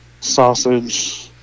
Sausage